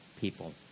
people